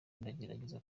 ndagerageza